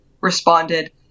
responded